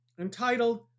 entitled